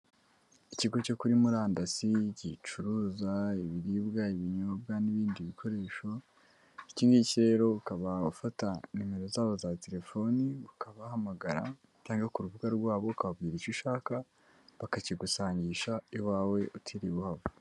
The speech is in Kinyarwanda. Ikigo cyo kuri murandasi gicuruza ibiribwa, ibinyobwa n'ibindi bikoresho, iki ngiki rero ukaba ufata nimero zabo za telefoni ukabahamagara cyangwa ku rubuga rwabo ukababwira icyo ushaka bakakigusangisha iwawe utiriwe uhava.